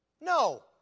No